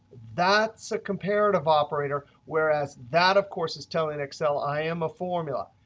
that's a comparative operator. whereas that, of course, is telling excel, i am a formula.